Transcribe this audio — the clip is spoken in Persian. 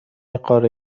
قاره